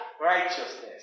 righteousness